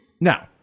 Now